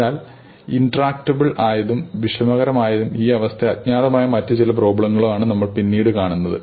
അതിനാൽ ഇൻട്രാക്റ്റബിൾ ആയതും വിഷമകരമായതും ഈ അവസ്ഥ അജ്ഞാതമായ മറ്റ് ചില പ്രോബ്ലങ്ങളുമാണ് നമ്മൾ പിന്നീട് കാണുന്നത്